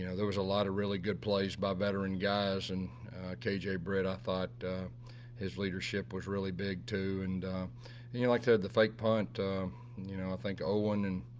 yeah there was a lot of really good plays by veteran guys. and kj britt, i thought his leadership was really big too. and and you'd like to add the fake punt. you know, i think old one, and